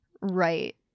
right